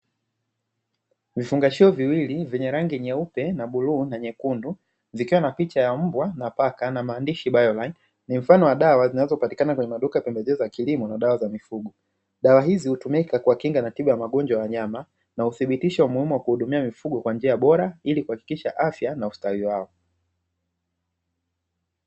Vifungashio viwili vyenye rangi nyeupe na bluu na nyekundu, zikiwa na picha ya mbwa na paka na maandishi "Bioline". Ni mfano wa dawa zinazopatikana kwenye maduka ya pembejeo za kilimo na dawa za mifugo. Dawa hizi hutumika kwa kinga na tiba ya magonjwa ya nyama na uthibitisho wa umuhimu wa kuhudumia mifugo kwa njia bora ili kuhakikisha afya na ustawi wao.